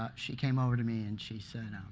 ah she came over to me and she said,